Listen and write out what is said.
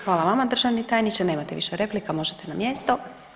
Hvala vama državni tajniče, nemate više replika možete na mjesto.